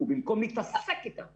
במקום להתעסק איתם,